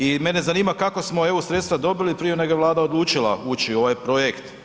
I mene zanima kako smo eu sredstva dobili prije nego je Vlada odlučila ući u ovaj projekt?